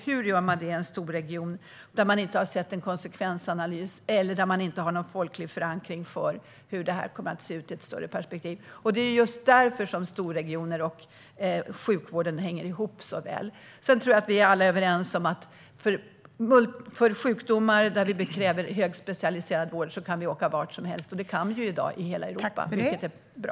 Hur gör man detta i en storregion när man inte har sett någon konsekvensanalys eller när man inte har en folklig förankring för hur detta kommer att se ut i ett större perspektiv? Det är därför storregioner och sjukvården hänger så väl ihop. Jag tror att vi alla är överens om att vid sjukdomar där det krävs högspecialiserad vård kan vi åka vart som helst. Det kan vi ju i dag. Vi kan åka ut i hela Europa, och det tycker jag är bra.